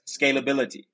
scalability